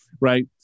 right